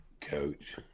coach